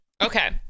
Okay